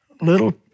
little